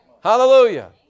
Hallelujah